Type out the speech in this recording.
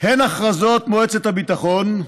הן הכרזות מועצת הביטחון,